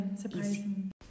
surprising